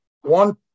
One